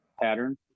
pattern